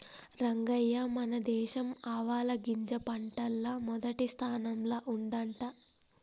రంగయ్య మన దేశం ఆవాలగింజ పంటల్ల మొదటి స్థానంల ఉండంట